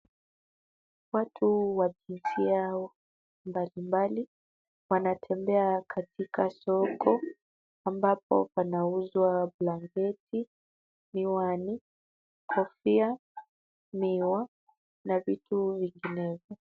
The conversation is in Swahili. Watu wa jinsia mbalimbali wanatembea katika soko ambapo panauzwa blanketi, miwani, kofia, miwa na vitu vinginevyo.